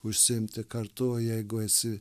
užsiimti kartu jeigu esi